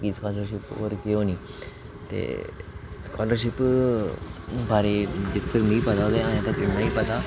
फिह् स्कालरशिप होर केह् होनी ते स्कालरशिप बारै जित्थै तक्कर मी पता ते अजें तक्कर इन्ना गै पता